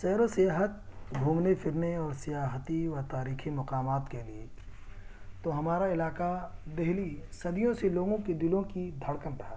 سیر و سیاحت گھومنے پھرنے اور سیاحتی و تاریخی مقامات کے لیے تو ہمارا علاقہ دہلی صدیوں سے لوگوں کے دلوں کی دھڑکن تھا